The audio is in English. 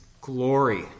glory